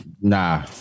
Nah